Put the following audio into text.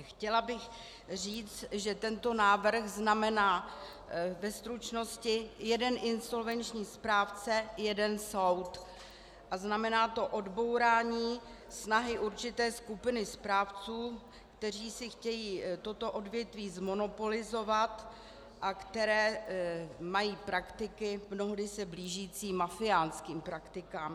Chtěla bych říct, že tento návrh znamená ve stručnosti jeden insolvenční správce jeden soud a znamená to odbourání snahy určité skupiny správců, kteří si chtějí toto odvětví zmonopolizovat a kteří mají praktiky mnohdy se blížící mafiánským praktikám.